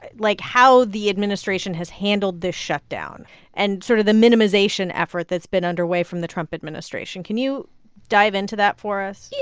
like, how the administration has handled this shutdown and sort of the minimization effort that's been underway from the trump administration. can you dive into that for us? yeah.